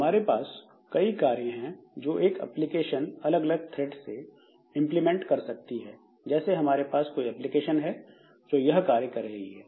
हमारे पास कई कार्य हैं जो एक एप्लीकेशन अलग अलग थ्रेड से इंप्लीमेंट कर सकती है जैसे हमारे पास कोई एप्लीकेशन है जो यह कार्य कर रही है